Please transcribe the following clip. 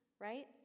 right